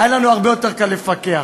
היה לנו הרבה יותר קל לפקח.